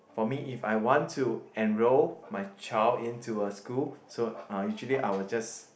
for me if I want to enroll my child into a school so uh usually I will just